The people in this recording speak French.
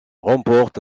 remporte